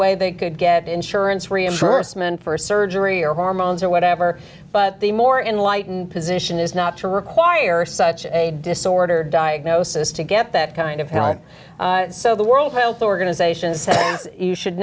way they could get insurance reimbursement for surgery or hormones or whatever but the more enlightened position is not to require such a disorder diagnosis to get that kind of talent so the world health organization says you should